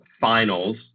finals